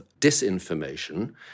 disinformation